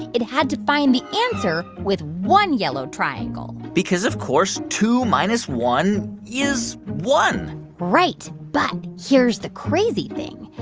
it had to find the answer with one yellow triangle because, of course, two minus one is one right. but here's the crazy thing.